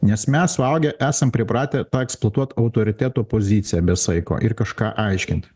nes mes suaugę esam pripratę tą eksplotuot autoriteto poziciją be saiko ir kažką aiškint